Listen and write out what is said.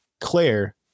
Claire